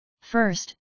First